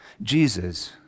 Jesus